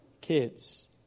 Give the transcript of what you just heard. kids